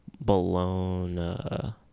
Bologna